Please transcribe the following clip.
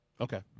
Okay